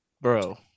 bro